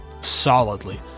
solidly